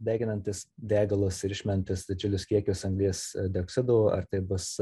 deginantis degalus ir išmentis didžiulius kiekius anglies dioksido ar tai bus